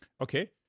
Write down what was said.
Okay